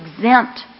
exempt